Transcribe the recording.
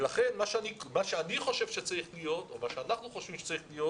לכן, מה שאנחנו חושבים שצריך להיות